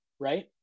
right